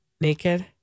naked